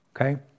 okay